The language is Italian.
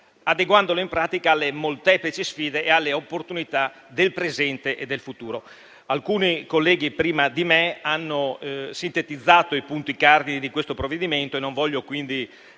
in pratica, alle molteplici sfide e alle opportunità del presente e del futuro.